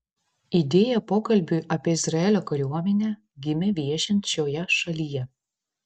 idėja pokalbiui apie izraelio kariuomenę gimė viešint šioje šalyje